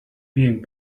being